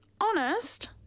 Honest